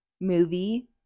movie